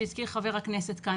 שהזכיר חבר הכנסת מרעי.